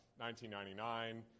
1999